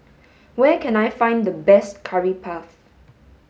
where can I find the best curry puff